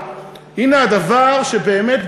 הנה הדבר שבאמת,